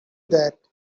that